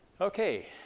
Okay